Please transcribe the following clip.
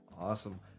awesome